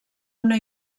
una